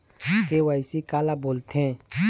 KYC काला बोलथें?